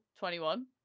21